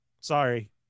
sorry